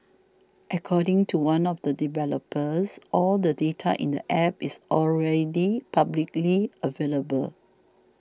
according to one of the developers all the data in the App is already publicly available